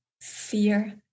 fear